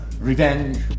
revenge